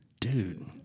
dude